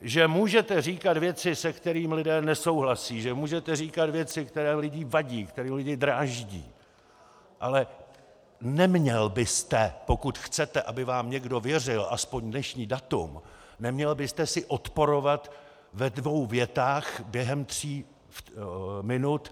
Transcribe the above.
Že můžete říkat věci, se kterými lidé nesouhlasí, že můžete říkat věci, které lidem vadí, které lidi dráždí, ale neměl byste, pokud chcete, aby vám někdo věřil aspoň dnešní datum, neměl byste si odporovat ve dvou větách během tří minut?